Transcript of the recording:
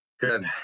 Good